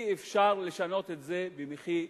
ואי-אפשר לשנות את זה במחי יד.